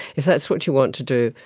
if that's what you want to do,